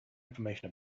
information